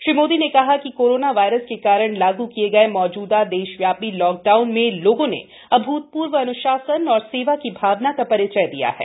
श्री मोदी ने कहा कि कोरोना वायरस के कारण लागू किए गए मौजूदा देशव्यापी लॉकडाउन में लोगों ने अभूतपूर्व अन्शासन और सेवा की भावना का परिचय दिया है